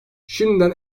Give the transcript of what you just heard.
şimdiden